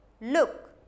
look